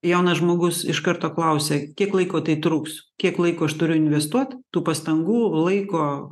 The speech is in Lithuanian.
jaunas žmogus iš karto klausia kiek laiko tai truks kiek laiko aš turiu investuot tų pastangų laiko